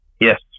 Yes